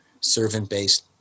servant-based